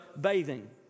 bathing